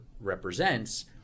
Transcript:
represents